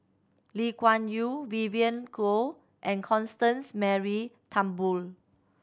Lee Kuan Yew Vivien Goh and Constance Mary Turnbull